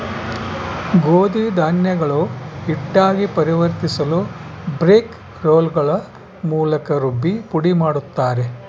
ಗೋಧಿ ಧಾನ್ಯಗಳು ಹಿಟ್ಟಾಗಿ ಪರಿವರ್ತಿಸಲುಬ್ರೇಕ್ ರೋಲ್ಗಳ ಮೂಲಕ ರುಬ್ಬಿ ಪುಡಿಮಾಡುತ್ತಾರೆ